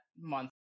month